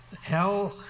hell